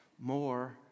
more